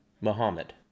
Muhammad